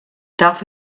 darf